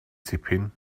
tipyn